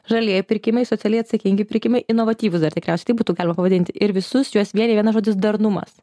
žalieji pirkimai socialiai atsakingi pirkimai inovatyvūs dar tikriausiai taip būtų galima pavadinti ir visus juos vienija vienas žodis darnumas